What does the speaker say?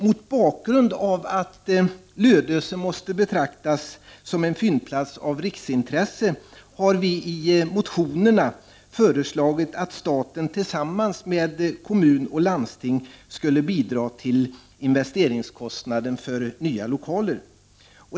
Mot bakgrund av att Lödöse måste betraktas som en fyndplats av riksintresse har vi i motionerna föreslagit att staten tillsammans med kommun och landsting skall bidra till investeringskostnaden för nya lokaler.